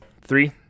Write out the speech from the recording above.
Three